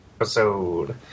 episode